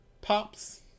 pops